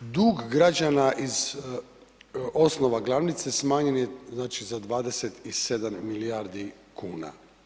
Dug građana iz osnova glavnice smanjen je znači za 27 milijardi kuna.